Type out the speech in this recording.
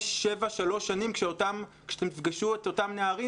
5, 7 שנים כשתפגשו את אותם נערים